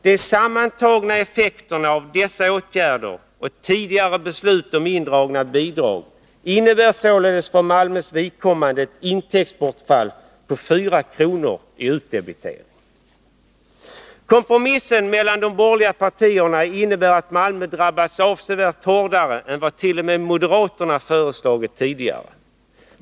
De sammantagna effekterna av dessa åtgärder och tidigare beslut om indragna bidrag innebär således för Malmös vidkommande ett intäktsbortfall som motsvarar 4 kr. i utdebitering. Kompromissen mellan de borgerliga partierna innebär att Malmö drabbas avsevärt hårdare än vad t.o.m. moderaterna föreslagit tidigare.